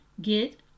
get